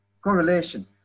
correlation